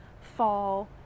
fall